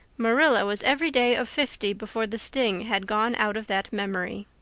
marilla was every day of fifty before the sting had gone out of that memory.